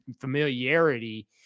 familiarity